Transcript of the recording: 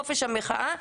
חופש המחאה,